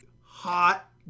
hot